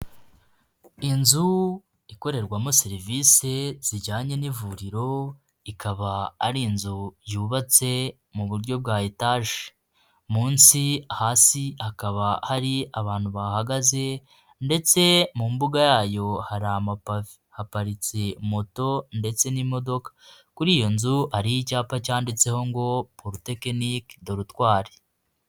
Inzu ikorerwamo serivisi zijyanye n'ivuriro, ikaba ari inzu yubatse mu buryo bwa etaje, munsi hasi hakaba hari abantu bahagaze ndetse mu mbuga yayo hari amapavr, haparitse moto ndetse n'imodoka, kuri iyo nzu hari icyapa cyanditseho ngo porutekinike dorutwari.